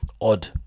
odd